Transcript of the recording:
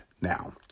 now